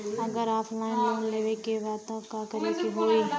अगर offline loan लेवे के बा त का करे के होयी?